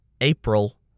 April